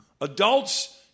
Adults